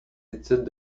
études